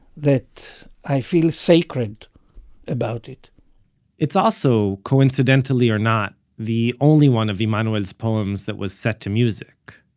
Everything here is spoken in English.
that i feel sacred about it it's also, coincidentally or not, the only one of emanuel's poems that was set to music.